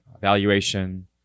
valuation